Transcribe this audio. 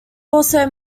also